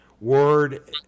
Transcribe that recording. word